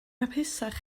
hapusach